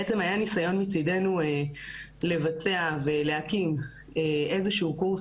היה ניסיון מצדנו לבצע ולהקים איזשהו קורס